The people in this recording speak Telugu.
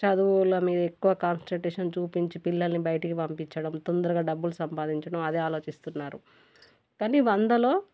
చదువుల మీద ఎక్కువ కాన్సన్ట్రేషన్ చూపించి పిల్లల్ని బయటికి పంపించడం తొందరగా డబ్బులు సంపాదించడం అదే ఆలోచిస్తున్నారు కానీ వందలో